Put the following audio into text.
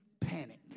panic